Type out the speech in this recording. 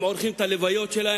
הם עורכים את הלוויות שלהם,